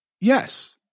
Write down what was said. Yes